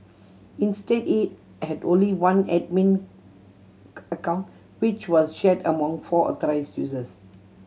instead it had only one admin account which was shared among four authorise users